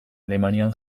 alemanian